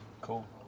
cool